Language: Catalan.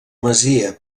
masia